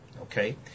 Okay